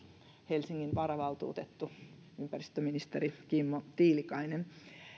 helsingin varavaltuutettu ympäristöministeri kimmo tiilikainen